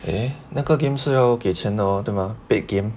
eh 那个 game 是要给钱的咯对吗 big game